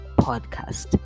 podcast